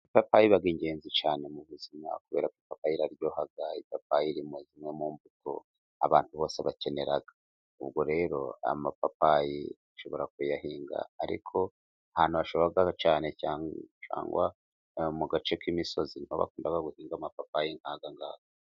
Ipapayi, iba iy'ingenzi cyane mu buzima, kubera ko iraryoha. Ipapayi, iri muri zimwe mu mbuto abantu bose bakenera. Ubwo rero aya mapapayi ushobora kuyahinga. Ariko, ahantu hashoboka cyane cyane , ni mu gace k'imisozi. Niho bakunda guhinga amapapayi nk'aya.